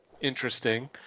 interesting